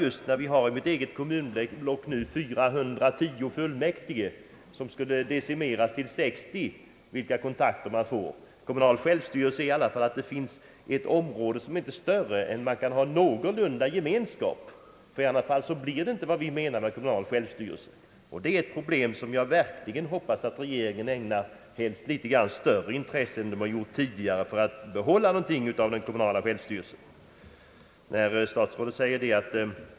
De 410 fullmäktige som nu finns inom mitt eget kommunblock skulle decimeras till 60, och jag undrar vilka kontakter de i så fall får. Kommunal självstyrelse innebär i alla fall att kommunen omfattar ett område som inte är större än att dess invånare känner någon grad av gemenskap. I annat fall blir det inte vad vi menar med kommunal självstyrelse. Jag hoppas verkligen att regeringen i fortsättningen ägnar detta problem större intresse än tidigare, så att vi får behålla någonting av den kommunala självstyrelsen.